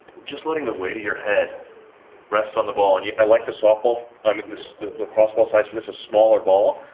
just letting the weight of your head rest on the ball. and yeah i like the soft ball, i mean the lacrosse ball size for this, a smaller ball,